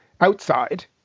outside